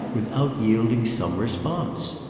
without yielding some response?